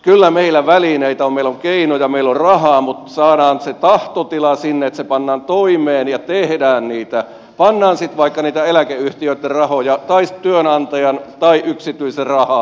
kyllä meillä välineitä on meillä on keinoja meillä on rahaa mutta pitää saada se tahtotila sinne että se pannaan toimeen ja tehdään niitä pannaan sitten vaikka niitä eläkeyhtiöitten rahoja tai työnantajan tai yksityistä rahaa